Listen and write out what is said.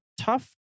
tough